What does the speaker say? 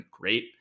great